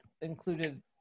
included